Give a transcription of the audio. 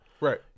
Right